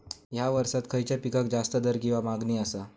हया वर्सात खइच्या पिकाक जास्त दर किंवा मागणी आसा?